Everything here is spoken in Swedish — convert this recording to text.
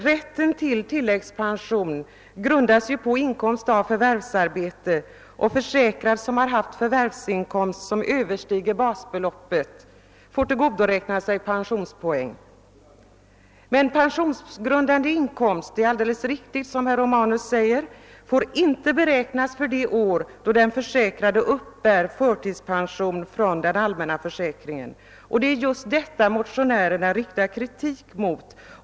Rätten till tilläggspension grundas på inkomst av förvärvsarbete, och försäkrad som haft förvärvsinkomst överstigande basbeloppet får tillgodoräkna sig pensionspoäng. Pensionsgrundande inkomst får emellertid inte, såsom herr Romanus mycket riktigt säger, beräknas för det år då den försäkrade uppbär förtidspension från den allmänna försäkringen. Det är detta förhållande motionärerna riktar kritik mot.